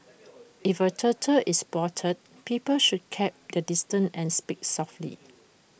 if A turtle is spotted people should keep their distance and speak softly